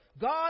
God